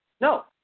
No